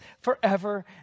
forever